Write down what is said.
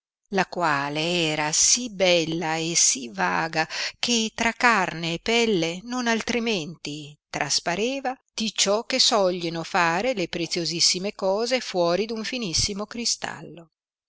la quale era sì bella e sì vaga che tra carne e pelle non altrimenti traspareva di ciò che soglino fare le preziosissime cose fuori d un finissimo cristallo